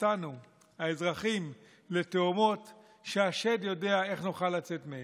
אותנו האזרחים לתהומות שהשד יודע איך נוכל לצאת מהם.